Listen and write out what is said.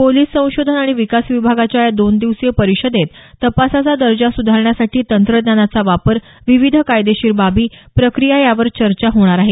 police संशोधन आणि विकास विभागाच्या या दोन दिवसीय परिषदेत तपासाचा दर्जा सुधारण्यासाठी तंत्रज्ञानाचा वापर विविध कायदेशीर बाबी प्रक्रिया यावर चर्चा होणार आहे